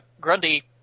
Grundy